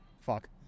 Fuck